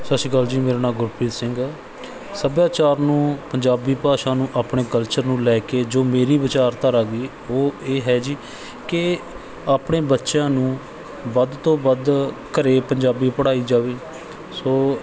ਸਤਿ ਸ਼੍ਰੀ ਅਕਾਲ ਜੀ ਮੇਰਾ ਨਾਮ ਗੁਰਪ੍ਰੀਤ ਸਿੰਘ ਆ ਸੱਭਿਆਚਾਰ ਨੂੰ ਪੰਜਾਬੀ ਭਾਸ਼ਾ ਨੂੰ ਆਪਣੇ ਕਲਚਰ ਨੂੰ ਲੈ ਕੇ ਜੋ ਮੇਰੀ ਵਿਚਾਰਧਾਰਾ ਗੀ ਉਹ ਇਹ ਹੈ ਜੀ ਕਿ ਆਪਣੇ ਬੱਚਿਆਂ ਨੂੰ ਵੱਧ ਤੋਂ ਵੱਧ ਘਰ ਪੰਜਾਬੀ ਪੜ੍ਹਾਈ ਜਾਵੇ ਸੋ